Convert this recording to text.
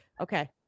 Okay